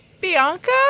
Bianca